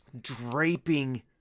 draping